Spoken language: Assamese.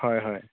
হয় হয়